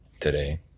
today